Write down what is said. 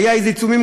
היו איזה עיצומים,